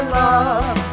love